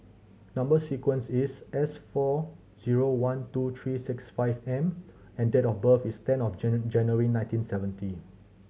number sequence is S four zero one two three six five M and date of birth is ten of January nineteen seventy